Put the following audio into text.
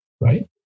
right